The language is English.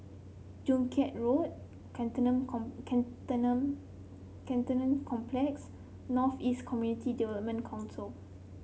Joo Chiat Road com Cantonment Complex North East Community Development Council